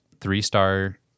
three-star